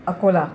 Akola